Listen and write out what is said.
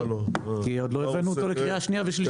כי עוד לא הבאנו אותו לקריאה שנייה ושלישית.